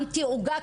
כל שנה שמתי עוגה